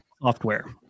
software